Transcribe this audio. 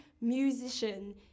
musician